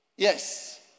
Yes